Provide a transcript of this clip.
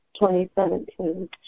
2017